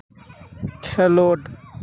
ᱠᱷᱮᱞᱳᱰ